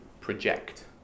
project